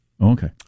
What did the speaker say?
Okay